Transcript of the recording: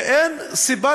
ואין סיבה,